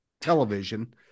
television